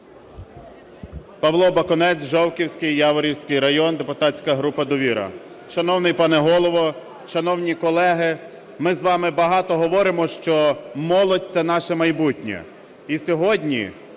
Павло Бакунець, Жовківський, Яворівський район, депутатська група "Довіра". Шановний пане Голово, шановні колеги, ми з вами багато говоримо, що молодь – це наше майбутнє.